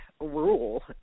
rule